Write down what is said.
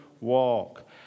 walk